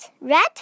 red